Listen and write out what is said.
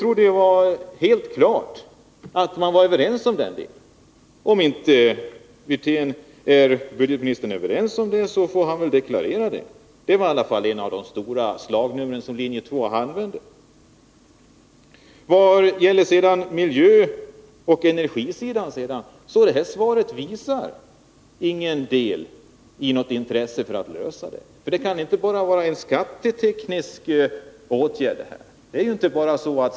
Om inte budgetministern instämmer får han väl deklarera det. Detta var i alla fall ett av de stora slagnummer som linje 2 använde. Vad sedan gäller miljöoch energisidan visar svaret inte något intresse för att lösa den delen. Det är inte bara fråga om skattetekniska åtgärder här.